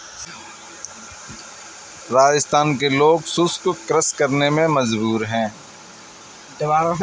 राजस्थान के लोग शुष्क कृषि करने पे मजबूर हैं